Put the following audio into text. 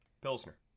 Pilsner